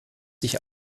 sich